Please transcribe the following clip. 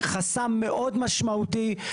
אנחנו בחסם מאוד משמעותי.